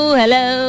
hello